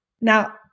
now